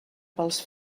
pels